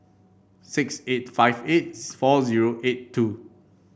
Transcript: six eight five eight four zero eight two